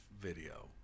video